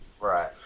Right